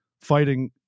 fighting